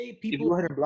people